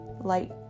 light